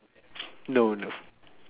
no the